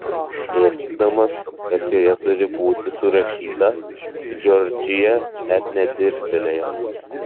dėstydamas kas joje turi būti surašyta į džordžiją net nedirstelėjo